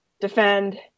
defend